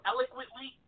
Eloquently